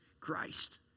Christ